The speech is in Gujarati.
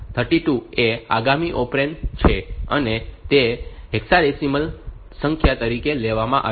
તેથી આ 32 એ આગામી ઓપરેન્ડ છે અને તેને હેક્સાડેસિમલ સંખ્યા તરીકે લેવામાં આવે છે